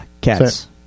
Cats